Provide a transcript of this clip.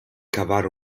cavar